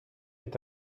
est